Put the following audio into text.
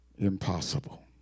Impossible